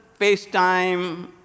FaceTime